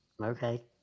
Okay